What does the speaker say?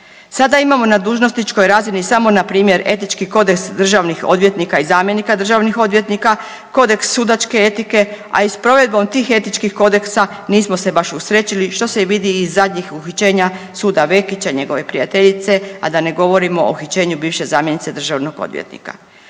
Sada imamo na dužnosničkoj razini samo na primjer Etički kodeks državnih odvjetnika i zamjenika državnih odvjetnika, Kodeks sudačke etike a i s provedbom tih etičkih kodeksa nismo se baš usrećili što se i vidi iz zadnjih uhićenja suca Vekića i njegove prijateljice a da ne govorimo o uhićenju bivše zamjenice državnog odvjetnika.